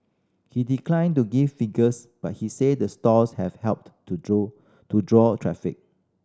he decline to give figures but he say the stores have helped to to draw traffic